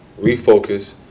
refocus